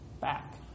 back